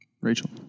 Rachel